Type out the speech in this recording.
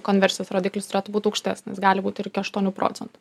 konversijos rodiklis turėtų būt aukštesnis gali būti ir iki aštuonių procentų